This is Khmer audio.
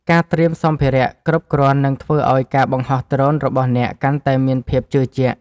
ការត្រៀមសម្ភារៈគ្រប់គ្រាន់នឹងធ្វើឱ្យការបង្ហោះដ្រូនរបស់អ្នកកាន់តែមានភាពជឿជាក់។